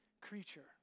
creature